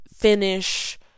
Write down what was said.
finish